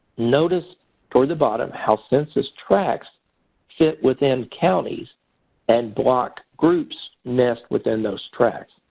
notice toward the bottom how census tracts fit within counties and block groups nest within those tracts.